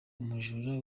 umujura